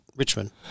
Richmond